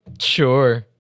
Sure